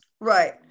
Right